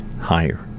higher